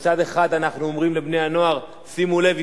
מצד אחד אנחנו אומרים לבני-הנוער: שימו לב,